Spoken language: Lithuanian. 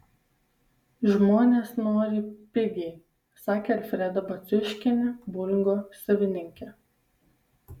žmonės nori pigiai sakė alfreda baciuškienė boulingo savininkė